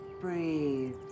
breathe